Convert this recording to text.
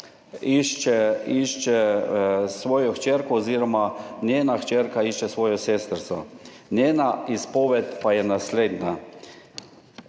išče svojo hčerko oziroma njena hčerka išče svojo sestrico. Njena izpoved pa je naslednja.